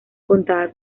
contaba